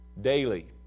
daily